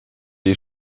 die